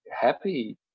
happy